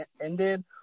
ended